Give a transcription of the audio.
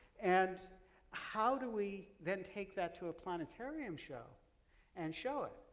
and how do we then take that to a planetarium show and show it?